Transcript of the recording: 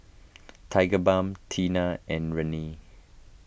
Tigerbalm Tena and Rene